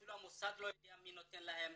אפילו המוסד לא יודע מי נותן להם,